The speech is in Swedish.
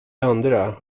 andra